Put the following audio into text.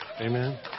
Amen